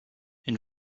une